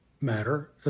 matter